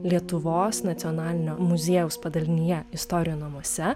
lietuvos nacionalinio muziejaus padalinyje istorijų namuose